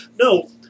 No